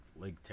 Lake